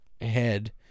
head